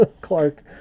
Clark